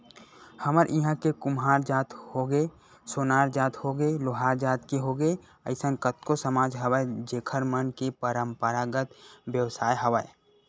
हमर इहाँ के कुम्हार जात होगे, सोनार जात होगे, लोहार जात के होगे अइसन कतको समाज हवय जेखर मन के पंरापरागत बेवसाय हवय